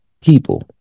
people